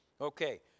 Okay